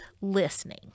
listening